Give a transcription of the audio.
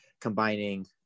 combining